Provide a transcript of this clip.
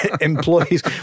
employees